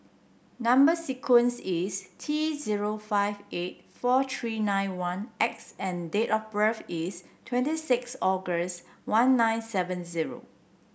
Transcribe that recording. number sequence is T zero five eight four three nine one X and date of birth is twenty six August one nine seven zero